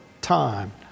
time